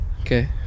okay